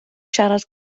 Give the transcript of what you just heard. siarad